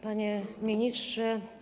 Panie Ministrze!